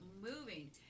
moving